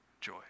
joy